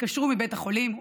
התקשרו מבית החולים,